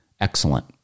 Excellent